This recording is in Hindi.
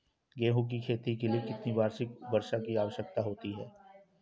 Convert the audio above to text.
गेहूँ की खेती के लिए कितनी वार्षिक वर्षा की आवश्यकता होती है?